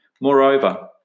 Moreover